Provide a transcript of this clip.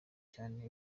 cyane